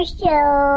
show